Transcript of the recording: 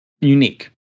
unique